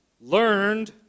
Learned